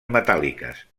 metàl·liques